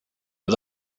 was